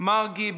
יעקב מרגי,